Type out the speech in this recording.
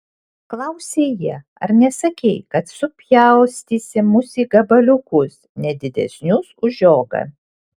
klausė jie ar nesakei kad supjaustysi mus į gabaliukus ne didesnius už žiogą